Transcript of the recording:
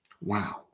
Wow